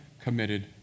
committed